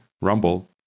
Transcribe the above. Rumble